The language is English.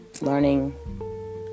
learning